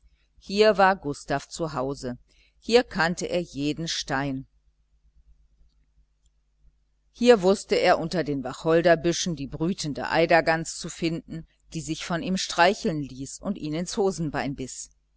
hier war gustav zu hause hier kannte er jeden stein hier wußte er unter den wacholderbüschen die brütende eidergans zu finden die sich von ihm streicheln ließ und ihn ins hosenbein biß